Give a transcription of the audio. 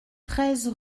treize